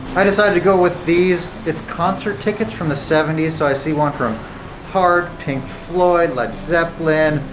i decided to go with these it's concert tickets from the seventy s. so i see one from heart, pink floyd, led zeppelin,